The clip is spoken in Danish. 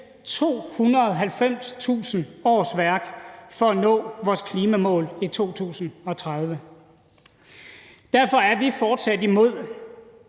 290.000 årsværk for at nå vores klimamål i 2030. Derfor er vi fortsat imod,